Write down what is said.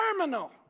terminal